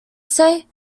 say